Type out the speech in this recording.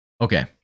okay